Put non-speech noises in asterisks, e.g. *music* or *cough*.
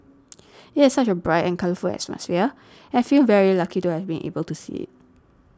*noise* it has such a bright and colourful atmosphere I feel very lucky to have been able to see it